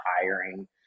hiring